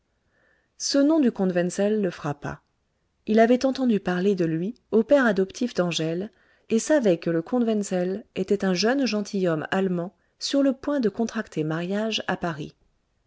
ce nom du comte wenzel le frappa il avait entendu parler de lui au père adoptif d'angèle et savait que le comte wenzel était un jeune gentilhomme allemand sur le point de contracter mariage à paris